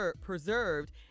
preserved